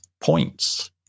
points